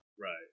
Right